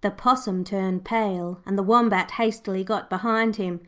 the possum turned pale and the wombat hastily got behind him.